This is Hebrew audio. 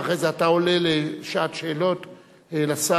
ואחרי זה אתה עולה לשעת שאלות לשר,